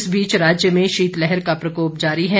इसी बीच राज्य में शीतलहर का प्रकोप जारी है